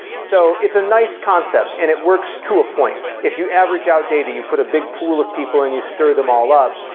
so it's a nice concept and it works to a point. if you average out data, you put a big pool of people and you stir them all up,